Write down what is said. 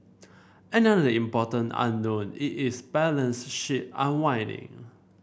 another important unknown is its balance sheet unwinding